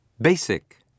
Basic